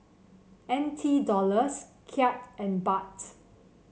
N T Dollars Kyat and Bahts